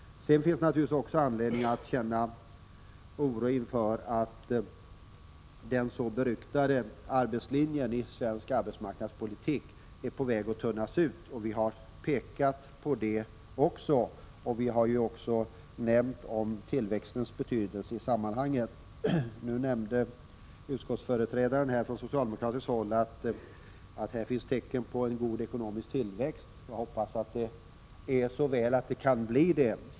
Sedan finns det naturligtvis också anledning att känna oro inför att den så berömda ”arbetslinjen” i svensk arbetsmarknadspolitik är på väg att tunnas ut. Vi har pekat på det, och vi har också framhållit tillväxtens betydelse i sammanhanget. Nu nämnde utskottsföreträdaren från socialdemokratiskt håll att det finns tecken på en god ekonomisk tillväxt. Jag hoppas att det är så väl att det kan bli en sådan tillväxt.